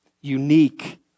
unique